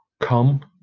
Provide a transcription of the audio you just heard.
come